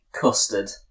Custard